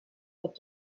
get